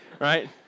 right